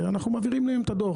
אנחנו מעבירים להם את הדוח,